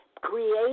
Create